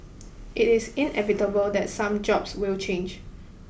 it is inevitable that some jobs will change